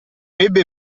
ebbe